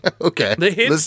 Okay